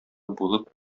булып